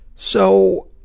so,